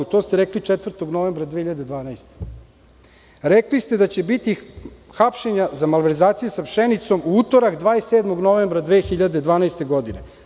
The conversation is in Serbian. To ste rekli 4. novembra 2012. godine rekli ste da će biti hapšenja za malverzacije sa pšenicom u utorak 27. novembra 2012. godine.